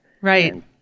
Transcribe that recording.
Right